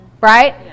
Right